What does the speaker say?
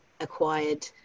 acquired